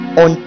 on